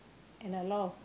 and a lot of